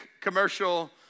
commercial